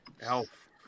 Elf